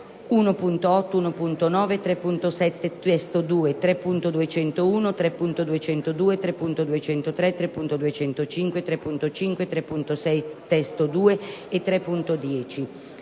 1.8, 1.9, 3.7 (testo 2), 3.201, 3.202, 3.203, 3.205, 3.5, 3.6 (testo 2) e 3.10.